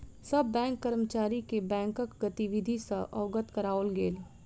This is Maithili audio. सभ बैंक कर्मचारी के बैंकक गतिविधि सॅ अवगत कराओल गेल